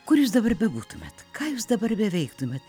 kur jūs dabar bebūtumėt ką jūs dabar beveiktumėt